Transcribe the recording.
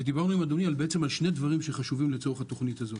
ודיברנו עם אדוני על שני דברים שחשובים לצורך התוכנית הזאת.